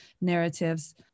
narratives